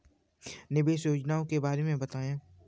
निवेश योजनाओं के बारे में बताएँ?